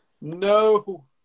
No